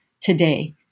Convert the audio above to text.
today